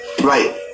right